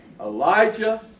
Elijah